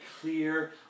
clear